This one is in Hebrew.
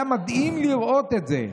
היה מדהים לראות את זה,